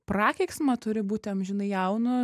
prakeiksmą turi būti amžinai jaunu